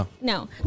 No